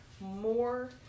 more